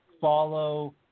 follow